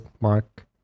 mark